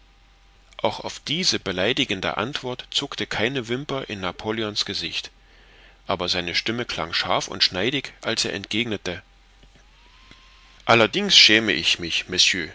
auch auf diese beleidigende antwort zuckte keine wimper in napoleon's gesicht aber seine stimme klang scharf und schneidig als er entgegnete allerdings schäme ich mich